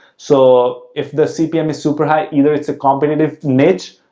so, if the cpm is super high, either it's a competitive niche,